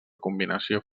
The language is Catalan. combinació